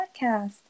podcast